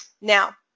Now